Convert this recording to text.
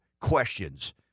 questions